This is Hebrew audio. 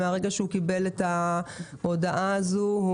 מהרגע שהוא קיבל את ההודעה הזו,